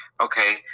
okay